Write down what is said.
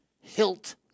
Hilt